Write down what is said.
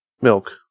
milk